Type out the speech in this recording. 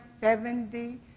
seventy